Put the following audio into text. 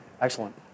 Excellent